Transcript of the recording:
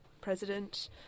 president